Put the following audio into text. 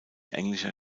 englischer